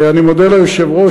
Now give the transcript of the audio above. אני מודה ליושב-ראש,